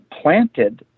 planted